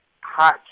hot